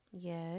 Yes